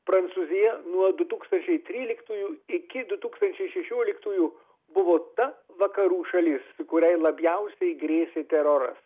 prancūzija nuo du tūkstančiai tryliktųjų iki du tūkstančiai šešioliktųjų buvo ta vakarų šalis kuriai labiausiai grėsė teroras